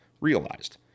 Realized